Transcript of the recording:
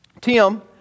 Tim